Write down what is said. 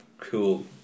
Cool